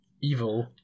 evil